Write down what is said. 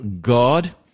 God